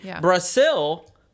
Brazil